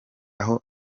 aho